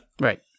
Right